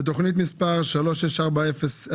בתוכנית מס' 364201,